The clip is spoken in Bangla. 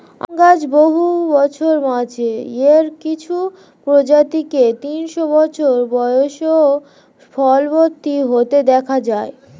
আম গাছ বহু বছর বাঁচে, এর কিছু প্রজাতিকে তিনশো বছর বয়সেও ফলবতী হতে দেখা যায়